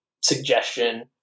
Suggestion